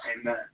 Amen